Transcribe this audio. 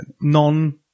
non